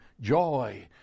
joy